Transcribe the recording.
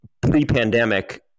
pre-pandemic